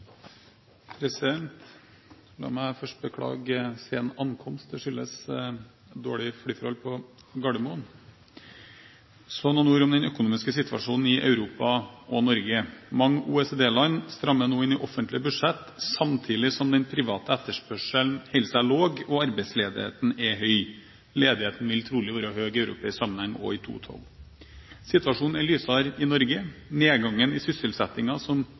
La meg først beklage sen ankomst. Det skyldes dårlige flyforhold på Gardermoen. Så noen ord om den økonomiske situasjonen i Europa og Norge. Mange OECD-land strammer nå inn i offentlige budsjett, samtidig som den private etterspørselen holder seg lav og arbeidsledigheten er høy. Ledigheten vil trolig være høy i europeisk sammenheng også i 2012. Situasjonen er lysere i Norge. Nedgangen i sysselsettingen som